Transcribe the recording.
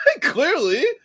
Clearly